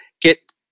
get